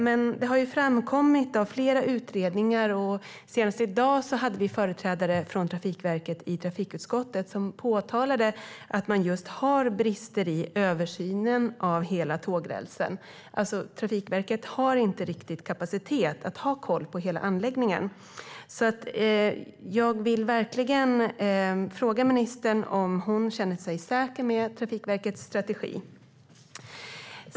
Men det har framkommit i flera utredningar, och senast i dag från företrädare från Trafikverket i trafikutskottet, att man har brister i översynen av hela tågrälsen. Trafikverket har alltså inte riktigt kapacitet att ha koll på hela anläggningen. Jag vill därför fråga ministern om hon känner sig säker med Trafikverkets strategi.